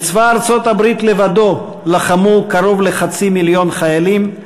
בצבא ארצות-הברית לבדו לחמו קרוב לחצי מיליון חיילים,